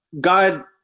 God